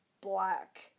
black